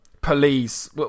police